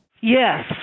Yes